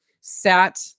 sat